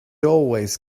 always